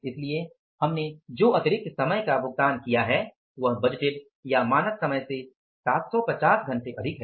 इसलिए हमने जो अतिरिक्त समय का भुगतान किया है वह बजटेड या मानक समय से 750 घंटे अधिक है